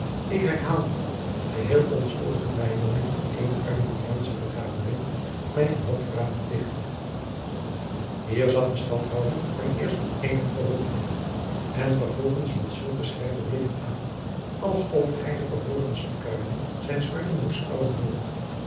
ik herhaal het geheel onschuldige bijwoning van eene arminiaansche vergadering mij van hoog verraad beticht hier zag de stadhouder hem eerst met eenige verwondering en vervolgens met zulke scherpe blikken aan als of hij de verborgenste kuilen zijns harten doorschouwen wilde